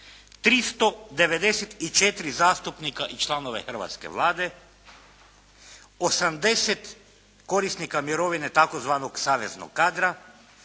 394 zastupnika i članova hrvatske Vlade, 80 korisnika mirovine tzv. saveznog kadra,